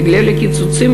בגלל הקיצוצים,